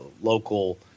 local